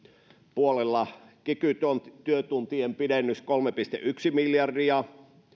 puolella kiky työtuntien pidennys kolme pilkku yksi miljardia